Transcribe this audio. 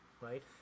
right